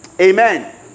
amen